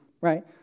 right